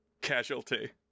casualty